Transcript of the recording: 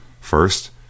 First